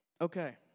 Okay